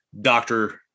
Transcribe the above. doctor